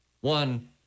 One